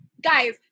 Guys